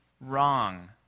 wrong